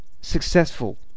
successful